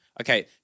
Okay